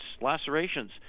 lacerations